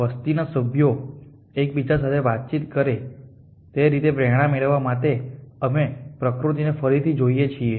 વસ્તીના સભ્યો એકબીજા સાથે વાતચીત કરે તે રીતે પ્રેરણા મેળવવા માટે અમે પ્રકૃતિને ફરીથી જોઈએ છીએ